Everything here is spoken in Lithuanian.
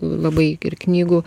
labai ir knygų